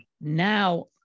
now